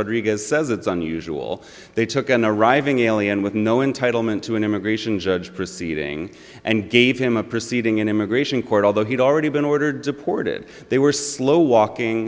rodriguez says it's unusual they took an arriving alien with no entitle mint to an immigration judge proceeding and gave him a proceeding in immigration court although he'd already been ordered deported they were slow walking